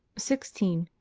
sixteen.